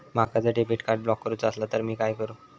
माका जर debit card block करूचा असला तर मी काय करू?